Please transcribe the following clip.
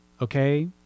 okay